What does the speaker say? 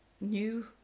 new